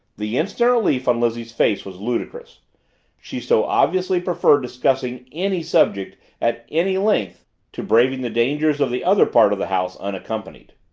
the instant relief on lizzie's face was ludicrous she so obviously preferred discussing any subject at any length to braving the dangers of the other part of the house unaccompanied.